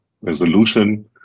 resolution